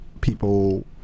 people